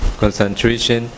concentration